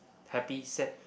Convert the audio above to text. happy sad